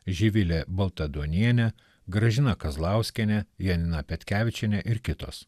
živilė baltaduonienė gražina kazlauskienė janina petkevičienė ir kitos